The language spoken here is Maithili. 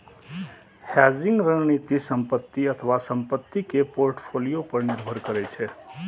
हेजिंग रणनीति संपत्ति अथवा संपत्ति के पोर्टफोलियो पर निर्भर करै छै